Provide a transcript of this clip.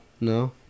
no